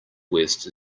west